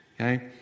Okay